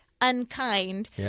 unkind